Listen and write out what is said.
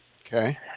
Okay